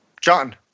John